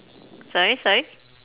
sorry sorry